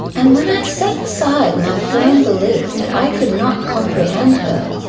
and when i set aside my firm belief that i could not comprehend her,